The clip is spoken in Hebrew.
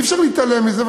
אי-אפשר להתעלם מזה,